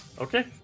Okay